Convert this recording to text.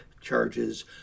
charges